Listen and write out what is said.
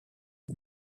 his